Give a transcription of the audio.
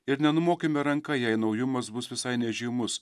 ir nenumokime ranka jei naujumas bus visai nežymus